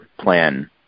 plan